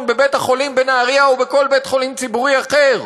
בבית-החולים בנהריה או בכל בית-חולים ציבורי אחר,